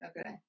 Okay